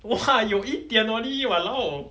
!wah! 有一点 only !walao!